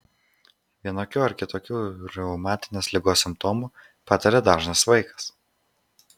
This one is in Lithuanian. vienokių ar kitokių reumatinės ligos simptomų patiria dažnas vaikas